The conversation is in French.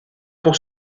pour